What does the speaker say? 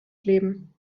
leben